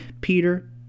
Peter